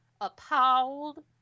appalled